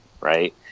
right